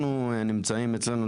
אנחנו נמצאים אצלנו,